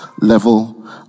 level